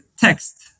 text